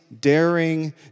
daring